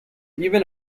even